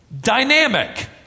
dynamic